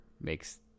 makes